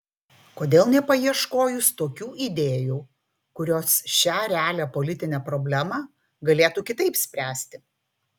kodėl nepaieškojus tokių idėjų kurios šią realią politinę problemą galėtų kitaip spręsti